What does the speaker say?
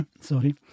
Sorry